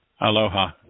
Aloha